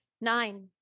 nine